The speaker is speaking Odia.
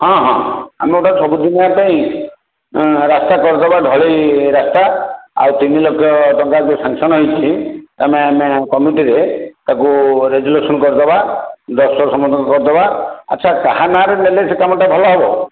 ହଁ ହଁ ଆମେ ଗୋଟେ ସବୁଦିନିଆ ପାଇଁ ରାସ୍ତା କରିଦେବା ଢ଼ଳେଇ ରାସ୍ତା ଆଉ ତିନି ଲକ୍ଷ ଟଙ୍କା ଯେଉଁ ସାଂକ୍ସନ୍ ହୋଇଛି ଆମେ ଆମ କମିଟିରେ ତାକୁ ରେଜୁଲେସନ୍ କରିଦେବା ଦସ୍ତଖତ ସମସ୍ତଙ୍କ କରିଦେବା ଆଚ୍ଛା କାହା ନାଁରେ ନେଲେ ସେ କାମଟା ଭଲ ହେବ